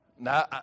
Now